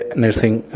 nursing